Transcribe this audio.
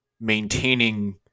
maintaining